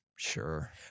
sure